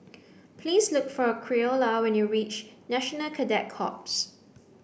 please look for Creola when you reach National Cadet Corps